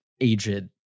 aged